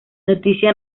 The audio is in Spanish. noticia